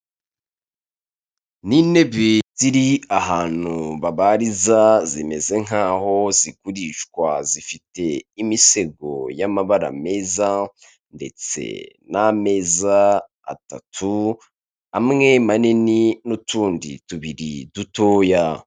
Ni intebe ziri ahantu babariza zimeze nk'aho zigurishwa zifite imisego y'amabara meza, ndetse n'ameza atatu amwe manini n'utundi tubiri dutoya.